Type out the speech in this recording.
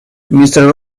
mister